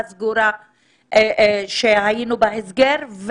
שבה היינו בהסגר,